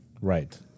Right